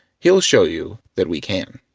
he'll show you that we can.